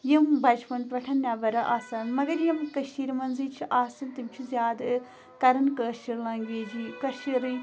یِم بَچپَن پٮ۪ٹھ نیٚبرٕ آسان مگر یِم کٔشیٖرِ منٛزٕے چھِ آسان تِم چھِ زیادٕ کَران کٲشِر لَنٛگویجی کٔشیٖرے